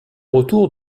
retour